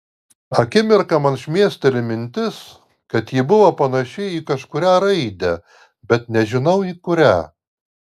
akimirką man šmėsteli mintis kad ji buvo panaši į kažkurią raidę bet nežinau į kurią